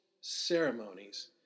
ceremonies